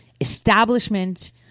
establishment